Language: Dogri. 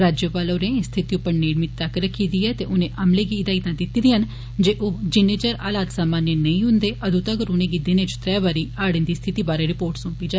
राज्यपाल होरें इस स्थिति उप्पर नेडमी तक्क रक्खी दी ऐ ते उनें अमले गी हिदायतां दिती दियां न जे ओ जिन्ने चिर हालात सामान्य नेईं हुन्दे अद् तगर उनेंगी दिनै च त्रै बारी हाड़ें दी स्थिति बारे रिपोर्ट सौंपी जा